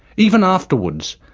even afterwards,